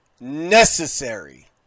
necessary